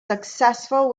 successful